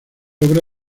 obra